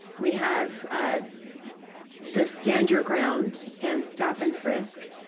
we have ah the stand your ground and stop and frisk.